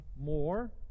more